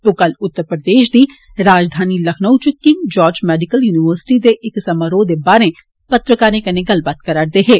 ओ कल उत्तर प्रदेष दी राजधानी लखनऊ च किंग जॉर्ज मेडिकल युनिवर्सिटी दे इक समारोह दे बाहरें पत्रकारें कन्ने गल्लकत्थ करै करदे हे